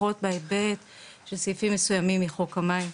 לפחות בהיבט של סעיפים מסוימים מחוק המים.